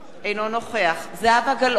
אינו נוכח זהבה גלאון,